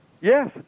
Yes